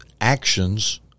actions